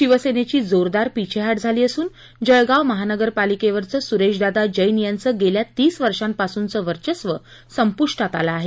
शिवसेनेची जोरदार पीछेहाट झाली असून जळगाव महानगरपालिकेवरचं सुरेशदादा जेन यांचं गेल्या तीस वर्षांपासूनचं वर्चस्व संपुद्यात आलं आहे